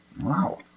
Wow